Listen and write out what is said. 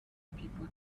people